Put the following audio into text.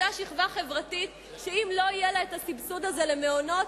אותה שכבה חברתית שאם לא יהיה לה הסבסוד הזה למעונות,